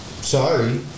Sorry